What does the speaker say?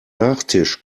nachtisch